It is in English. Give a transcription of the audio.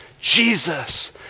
Jesus